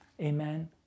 Amen